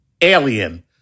Alien